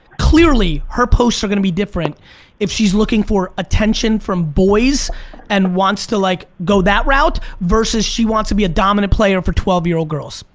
clearly her posts are gonna be different if she's looking for attention from boys and wants to like go that route versus she wants to be a dominant player for twelve year old girls.